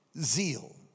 zeal